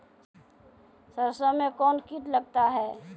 सरसों मे कौन कीट लगता हैं?